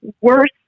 worse